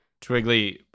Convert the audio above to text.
Twiggly